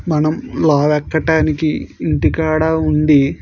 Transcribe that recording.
మనం లావు ఎక్కటానికి ఇంటికాడ ఉండి